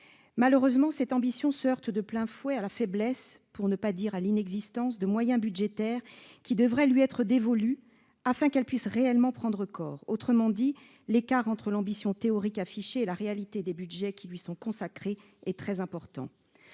Malheureusement, cette ambition se heurte de plein fouet à la faiblesse- pour ne pas dire à l'inexistence -des moyens budgétaires qui devraient lui être dévolus afin qu'elle puisse réellement prendre corps. Autrement dit, l'écart entre l'ambition théorique affichée et la réalité des budgets qui lui sont consacrés est très important.